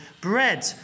bread